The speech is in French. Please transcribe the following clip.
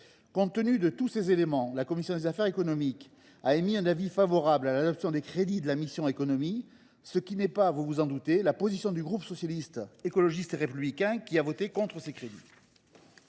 Compte tenu de ces éléments, la commission des affaires économiques a émis un avis favorable sur l’adoption des crédits de la mission « Économie ». Ce n’est pas, vous vous en doutez, la position du groupe Socialiste, Écologiste et Républicain, qui votera contre ces crédits.